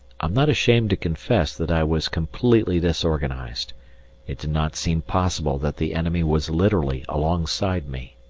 i'm not ashamed to confess that i was completely disorganized it did not seem possible that the enemy was literally alongside me.